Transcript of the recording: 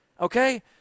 okay